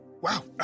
Wow